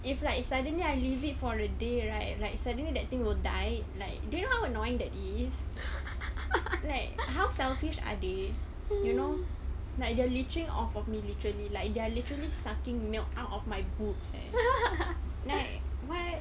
if like suddenly I leave it for a day right like suddenly that thing will die like do you know how annoying that is like how selfish are they you know like they're leeching off of me literally like they're literally sucking milk out of my boobs leh like why